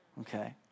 Okay